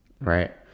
right